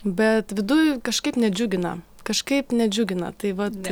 bet viduj kažkaip nedžiugina kažkaip nedžiugina tai vat